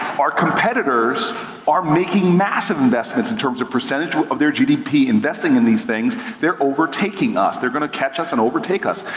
our competitors are making massive investments in terms of percentage of their gdp investing in these things, they're overtaking us. they're gonna catch us and overtake us.